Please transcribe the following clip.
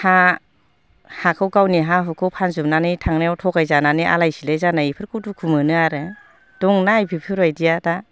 हा हाखौ गावनि हा हुखौ फानजोबनानै थांनायाव थगाय जानानै आलाय सिलाय जानाय इफोरखौ दुखु मोनो आरो दंना बिफोरबायदिया दा